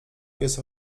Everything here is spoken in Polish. jest